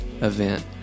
event